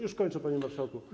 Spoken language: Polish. Już kończę, panie marszałku.